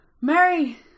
Mary